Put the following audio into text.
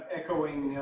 echoing